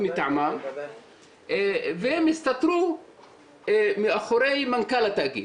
מטעמם והם הסתתרו מאחורי מנכ"ל התאגיד,